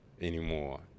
anymore